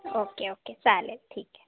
okay okay चालेल ठीक आहे